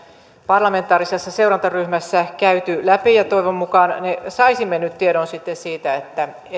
parlamentaarisessa seurantaryhmässä käyty läpi ja toivon mukaan me saisimme nyt tiedon sitten siitä